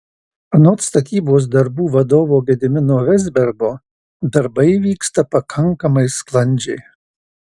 anot statybos darbų vadovo gedimino vezbergo darbai vyksta pakankamai sklandžiai